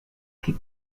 kick